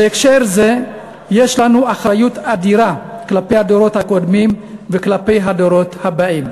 בהקשר זה יש לנו אחריות אדירה כלפי הדורות הקודמים וכלפי הדורות הבאים.